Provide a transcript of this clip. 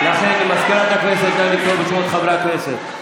מזכירת הכנסת, נא לקרוא בשמות חברי הכנסת.